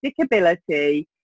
stickability